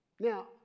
Now